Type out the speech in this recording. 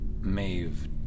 Maeve